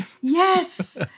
Yes